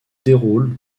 déroule